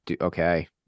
Okay